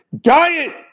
Diet